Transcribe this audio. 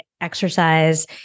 exercise